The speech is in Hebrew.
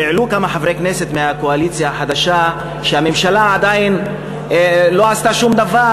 העלו כמה חברי כנסת מהקואליציה החדשה שהממשלה עדיין לא עשתה שום דבר,